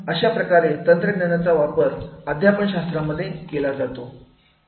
अशाप्रकारे तंत्रज्ञानाचा वापर अध्यापन शास्त्रामध्ये केला जात आहे